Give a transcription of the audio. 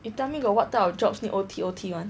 you tell me got what type of jobs need O_T_O_T [one]